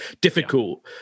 difficult